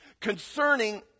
concerning